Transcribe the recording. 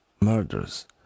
murders